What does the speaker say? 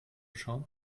schauen